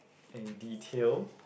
and detail